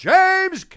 James